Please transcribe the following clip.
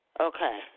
Okay